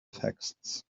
texts